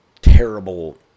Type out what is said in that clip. terrible